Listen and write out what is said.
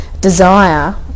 desire